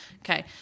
Okay